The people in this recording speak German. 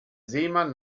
seemann